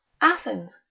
athens